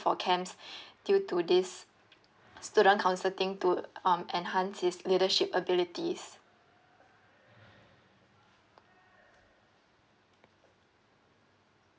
for camps due to this student council thing to um enhance his leadership abilities